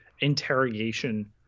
interrogation